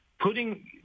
putting